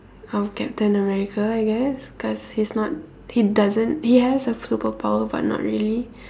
of Captain America I guess cause he's not he doesn't he has a superpower but not really